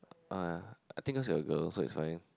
oh yeah I think cause you are a girl so is fine